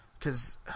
cause